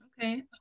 Okay